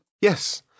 Yes